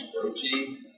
protein